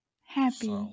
Happy